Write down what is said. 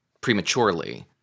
prematurely